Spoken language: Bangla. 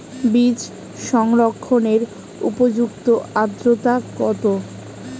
বীজ সংরক্ষণের উপযুক্ত আদ্রতা কত?